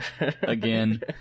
again